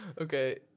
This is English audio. Okay